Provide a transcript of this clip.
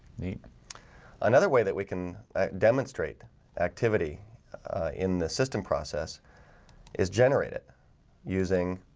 me another way that we can demonstrate activity in the system process is generated using